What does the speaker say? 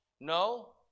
No